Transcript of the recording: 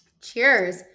Cheers